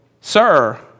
Sir